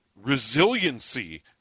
resiliency